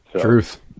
truth